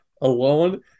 alone